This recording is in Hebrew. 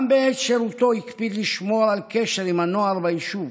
גם בעת שירותו הקפיד לשמור על קשר עם הנוער ביישוב,